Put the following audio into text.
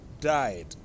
died